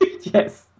Yes